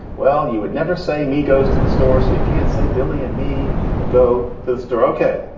well, you would never say me goes to the store. so you can't say billy and me go to the store. ok,